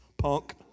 punk